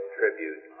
tribute